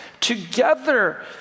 together